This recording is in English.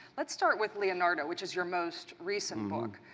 let's start with leonardo which is your most recent book.